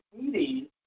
eating